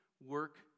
work